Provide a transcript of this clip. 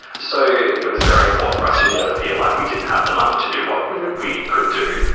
so it was very important for us to never feel like we didn't have the money to do what we could do.